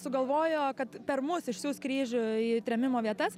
sugalvojo kad per mus išsiųs kryžių į trėmimo vietas